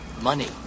money